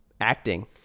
acting